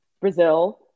Brazil